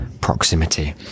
proximity